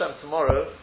tomorrow